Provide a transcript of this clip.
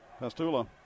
Pastula